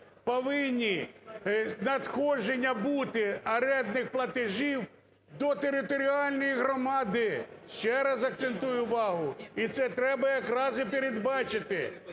повинні надходження бути орендних платежів до територіальної громади. Ще раз акцентую увагу! І це треба якраз і передбачити,